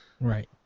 Right